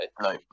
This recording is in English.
No